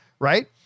Right